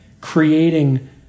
creating